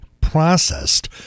processed